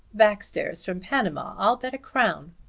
backstairs from panama, i'll bet a crown.